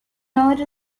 nor